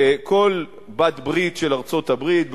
וכל בעלת-ברית של ארצות-הברית,